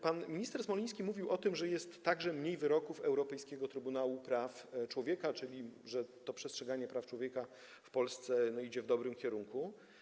Pan minister Smoliński mówił także o tym, że jest mniej wyroków Europejskiego Trybunału Praw Człowieka, czyli że przestrzeganie praw człowieka w Polsce zmierza w dobrym kierunku.